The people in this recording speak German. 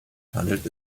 handelt